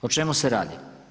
O čemu se radi?